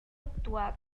actuar